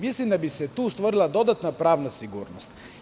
Mislim da bi se tu stvorila dodatna pravna sigurnost.